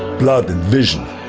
blood and vision,